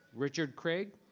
richard craig.